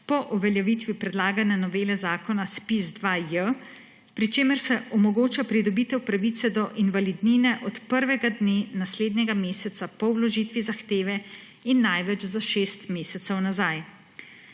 po uveljavitvi predlagane novele zakona ZPIZ-2J, pri čemer se omogoča pridobitev pravice do invalidnine od prvega dne naslednjega meseca po vložitvi zahteve in največ za šest mesecev nazaj.